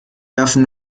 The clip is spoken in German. werfen